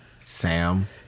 Sam